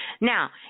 Now